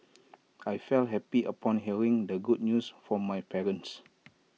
I felt happy upon hearing the good news from my parents